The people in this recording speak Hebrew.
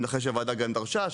ואני מנחש שהוועדה גם דרשה,